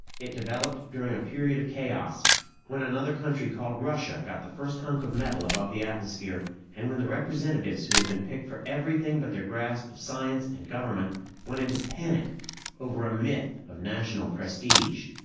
it developed during a period of chaos when another country called russia got the first hunk of metal above the atmosphere and when the representatives who had been picked for everything but their grasp of science and government went into panic over a myth of national prestige.